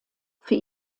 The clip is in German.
für